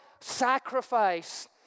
sacrifice